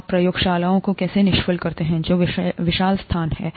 आप प्रयोगशालाओं को कैसे निष्फल करते हैं जो विशाल स्थान हैं